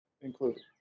included